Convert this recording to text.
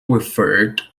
referred